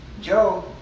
Joe